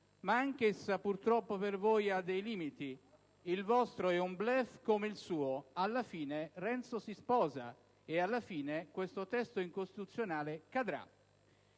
Ma anch'essa, purtroppo per voi, ha dei limiti. Il vostro è un *bluff* come il suo. Alla fine Renzo si sposa e alla fine questo testo incostituzionale cadrà.